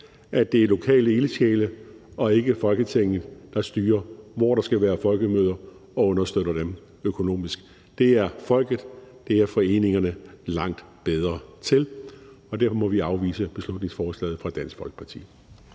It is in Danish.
at det er lokale ildsjæle og ikke Folketinget, der styrer, hvor der skal være folkemøder, og understøtter dem økonomisk. Det er folket, det er foreningerne langt bedre til. Derfor må vi afvise beslutningsforslaget fra Dansk Folkeparti.